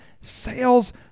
sales